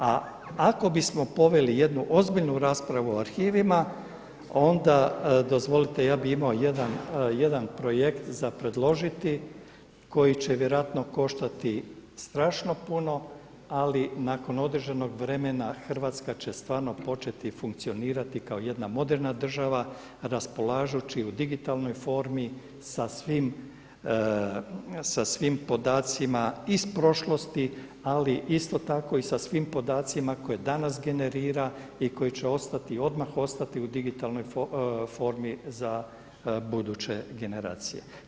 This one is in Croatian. A ako bismo poveli jednu ozbiljnu raspravu o arhivima, onda dozvolite ja bih imao jedan projekt za predložiti koji će vjerojatno koštati strašno puno, ali nakon određenog vremena Hrvatska će stvarno početi funkcionirati kao jedna moderna država raspolažući u digitalnoj formi sa svim podacima iz prošlosti, ali isto tako i sa svim podacima koje danas generira i koji će odmah ostati u digitalnoj formi za buduće generacije.